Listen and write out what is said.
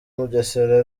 mugesera